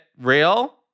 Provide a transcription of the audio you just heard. real